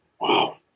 Wow